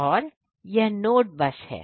और यह नोड बस है